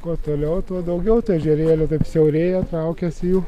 kuo toliau tuo daugiau ežerėlių taip siaurėja traukiasi jų